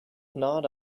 gnawed